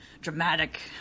dramatic